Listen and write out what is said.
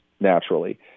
naturally